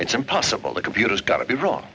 it's impossible the computer's got to be wrong